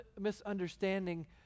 misunderstanding